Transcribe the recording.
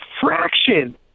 fraction